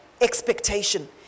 expectation